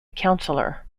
councillor